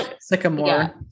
Sycamore